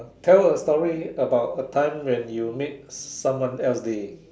tell a story about a time when you make someone else day